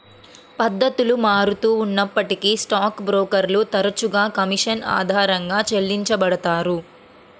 పద్ధతులు మారుతూ ఉన్నప్పటికీ స్టాక్ బ్రోకర్లు తరచుగా కమీషన్ ఆధారంగా చెల్లించబడతారు